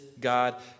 God